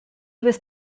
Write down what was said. was